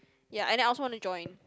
ya and I also want to join